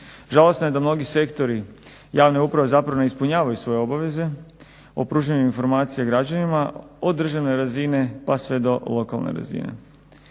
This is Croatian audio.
Žalosno je da mnogi sektori javne uprave zapravo ne ispunjavaju svoje obaveze o pružanju informacija građanima od državne razine pa sve do lokalne razine.